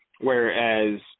whereas